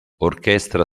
orchestra